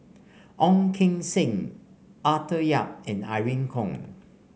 Ong Keng Sen Arthur Yap and Irene Khong